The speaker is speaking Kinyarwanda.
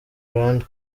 rwanda